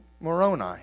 Moroni